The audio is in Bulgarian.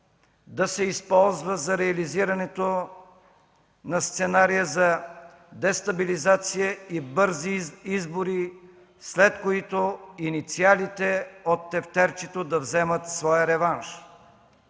да се използва за реализирането на сценария за дестабилизация и бързи избори, след които инициалите от тефтерчето да вземат своя реванш.